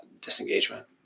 disengagement